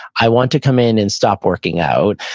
i want to come in and stop working out.